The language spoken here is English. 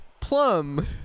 Plum